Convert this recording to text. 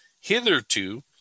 Hitherto